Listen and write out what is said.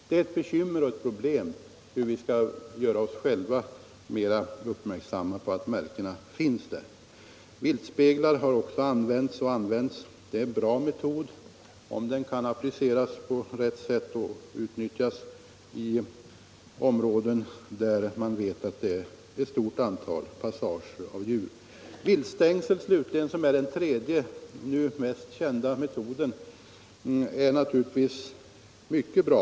Det är ett bekymmer och ett problem hur vi själva skall bli mera uppmärksamma på att märkena finns där. Också viltspeglar har använts och används. Det är en bra metod, om de kan appliceras på rätt sätt och utnyttjas i de områden där man vet att det är ett stort antal djurpassager. Viltstängsel slutligen, som är den tredje nu mest kända metoden, är naturligtvis mycket bra.